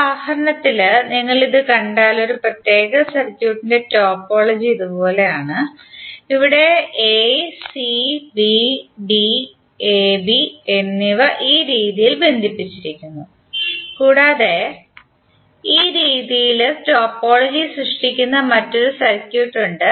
അതിനാൽ ഈ ഉദാഹരണത്തിൽ നിങ്ങൾ ഇത് കണ്ടാൽ ഒരു പ്രത്യേക സർക്യൂട്ടിന്റെ ടോപ്പോളജി ഇതുപോലെയാണ് ഇവിടെ a c b d ab എന്നിവ ഈ രീതിയിൽ ബന്ധിപ്പിച്ചിരിക്കുന്നു കൂടാതെ ഈ രീതിയിൽ ടോപ്പോളജി സൃഷ്ടിക്കുന്ന മറ്റൊരു സർക്യൂട്ട് ഉണ്ട്